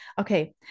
Okay